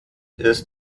ist